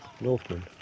Northmen